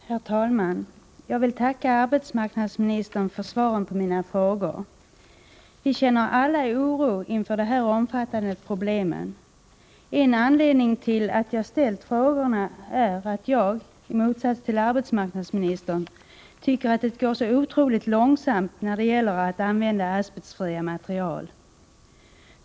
Herr talman! Jag vill tacka arbetsmarknadsministern för svaren på mina frågor. Vi känner alla oro inför dessa omfattande problem. En anledning till att jag ställt frågorna är att jag, i motsats till arbetsmarknadsministern, tycker att det går så otroligt långsamt när det gäller att använda asbestfria material.